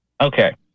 Okay